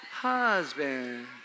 Husband